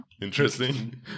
interesting